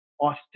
Austin